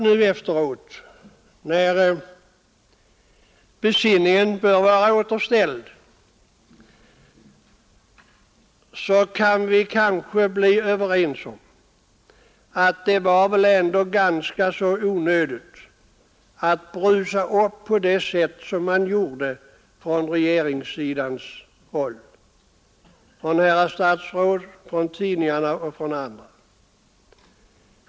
Nu efteråt, när besinningen bör vara återställd, kan vi kanske vara överens om att det var ganska onödigt att brusa upp på det sättet som gjordes från regeringssidan, från herrar statsråd, från tidningarna och från andra håll.